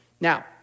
Now